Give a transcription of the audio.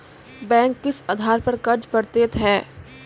Bank किस आधार पर कर्ज पड़तैत हैं?